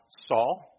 Saul